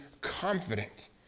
confident